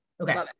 Okay